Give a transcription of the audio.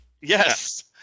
Yes